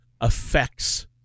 affects